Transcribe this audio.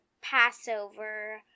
Passover